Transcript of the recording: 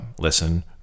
listen